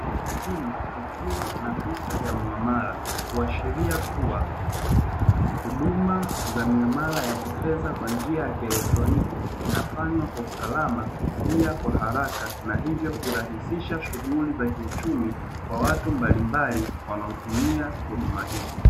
Simu ikiwa na picha ya muamala, kuashiria kuwa huduma za miamala ya kifedha kwa njia ya kieletroniki inafanywa kwa usalama, pia kwa haraka na hivyo kurahisisha shughuli za kiuchumi kwa watu mbalimbali wanaotumia huduma hizo.